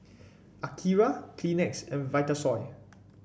Akira Kleenex and Vitasoy